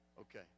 Okay